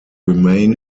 remain